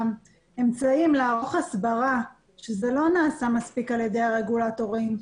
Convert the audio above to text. האמצעים לערוך הסברה וזה לא נעשה מספיק על ידי הרגולטורים.